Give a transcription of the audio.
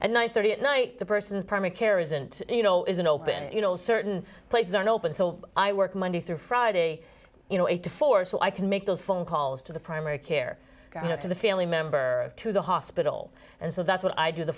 and thirty at night the person's perma care isn't you know isn't open you know certain places aren't open so i work monday through friday you know eight to four so i can make those phone calls to the primary care to the family member to the hospital and so that's what i do the